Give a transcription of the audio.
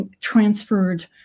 Transferred